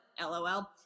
LOL